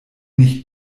nicht